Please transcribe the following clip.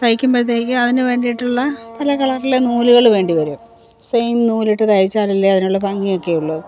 തയ്ക്കുമ്പഴ്ത്തേക്ക് അതിന് വേണ്ടിയിട്ടുള്ള പല കളറിൽ നൂലുകൾ വേണ്ടിവരും സെയിം നൂലിട്ട് തൈച്ചാലല്ലേ അതിനുള്ള ഭംഗിയൊക്കെ ഉള്ളു